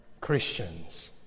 Christians